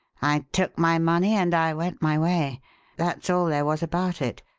i took my money and i went my way that's all there was about it.